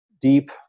deep